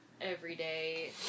everyday